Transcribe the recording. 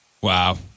Wow